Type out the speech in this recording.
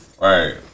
Right